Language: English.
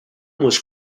was